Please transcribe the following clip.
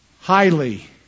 Highly